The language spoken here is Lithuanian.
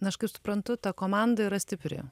na aš kaip suprantu ta komanda yra stipri